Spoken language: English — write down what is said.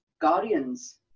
Guardians